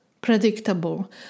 predictable